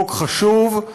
חוק חשוב,